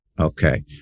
Okay